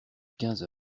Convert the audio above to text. quinze